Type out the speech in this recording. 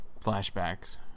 flashbacks